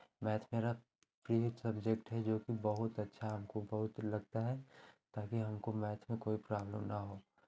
math मेरा प्रिय subject है जोकि बहुत अच्छा हमको बहुत लगता है ताकि हमको मैथ में कोई प्रॉब्लम ना हो